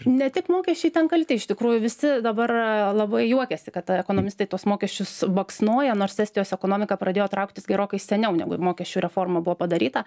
ne tik mokesčiai ten kalti iš tikrųjų visi dabar labai juokiasi kad ekonomistai tuos mokesčius baksnoja nors estijos ekonomika pradėjo trauktis gerokai seniau negu mokesčių reforma buvo padaryta